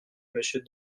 monsieur